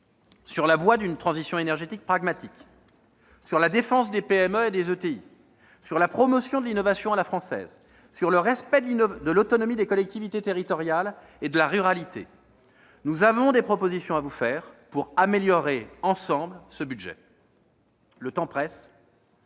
Sur la voie d'une transition énergétique pragmatique, sur la défense des PME et des ETI, sur la promotion de l'innovation à la française, sur le respect de l'autonomie des collectivités territoriales et de la ruralité, nous avons des propositions à vous faire pour améliorer ensemble ce budget. Le temps presse,